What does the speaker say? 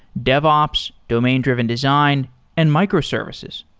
dev ops, domain-driven design and microservices.